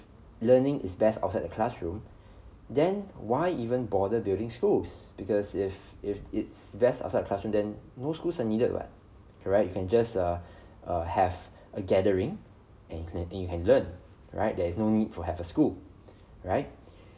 learning is best outside the classroom then why even bother building schools because if if it's best outside classroom than no schools are needed [what] correct you can just uh uh have a gathering and you can you can learn right there is no need for have a school right